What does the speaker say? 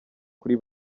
kuri